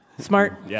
Smart